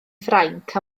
ffrainc